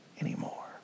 anymore